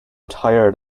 tired